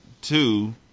two